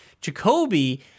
Jacoby